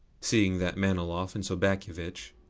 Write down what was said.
seeing that manilov and sobakevitch,